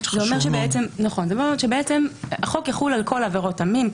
זה אומר שהחוק יחול על כל עבירות המין,